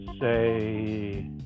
say